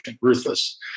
ruthless